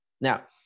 Now